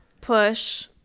push